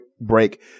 break